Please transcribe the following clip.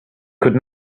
could